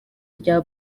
rya